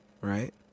right